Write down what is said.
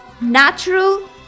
natural